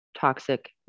toxic